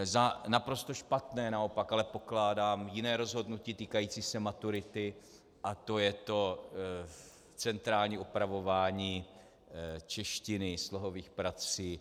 Za naprosto špatné ale naopak pokládám jiné rozhodnutí týkající se maturity a to je centrální opravování češtiny, slohových prací.